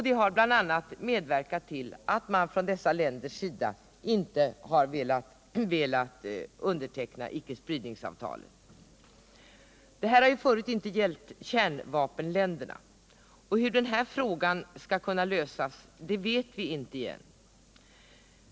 Det har bl.a. medverkat till att man från dessa länders sida inte har velat underteckna icke-spridningsavtalet. Detta har förut inte gällt kärnvapenländerna, och hur denna fråga skall kunna lösas vet vi fortfarande inte.